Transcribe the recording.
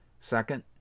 Second